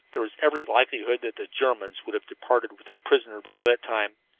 there was every likelihood that the germans would have departed with their prisoner before that time.